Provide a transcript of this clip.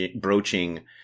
broaching